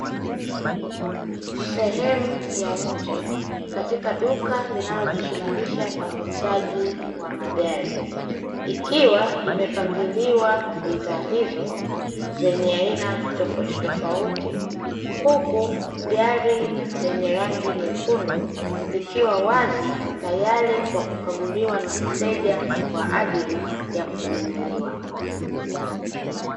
Sehemu ya nje katika duka linalojishugulisha na uuzaji wa magari, ikiwa imepangiliwa bidhaa hizo zenye aina tofautitofauti, huku gari lenye rangi nyekundu likiwa wazi tayari kwa kukaguliwa na mteja kwa ajili ya kununuliwa.